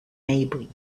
maybury